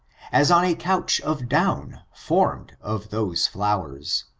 as on a couch of down formed of those flowers.